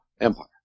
Empire